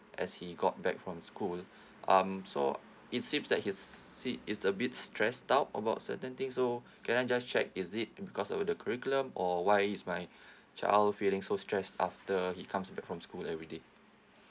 as he got back from school um so it seems like he see is a bit stressed out about certain things so can I just check is it because of the curriculum or why is my child feeling so stressed after he comes back from school everyday